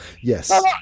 Yes